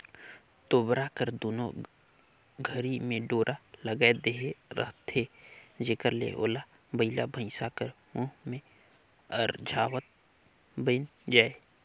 तोबरा कर दुनो घरी मे डोरा लगाए देहे रहथे जेकर ले ओला बइला भइसा कर मुंह मे अरझावत बइन जाए